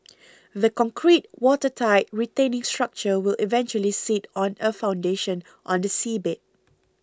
the concrete watertight retaining structure will eventually sit on a foundation on the seabed